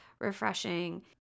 refreshing